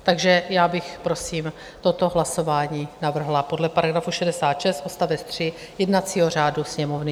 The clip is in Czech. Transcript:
Takže já bych prosím toto hlasování navrhla podle § 66 odst. 3 jednacího řádu Sněmovny.